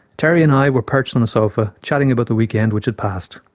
terry and i were perched on a sofa, chatting about the weekend which had passed.